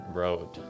road